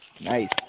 Nice